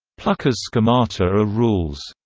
pluhar's schemata are rules.